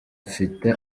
afite